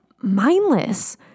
mindless